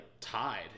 tied